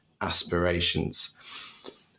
aspirations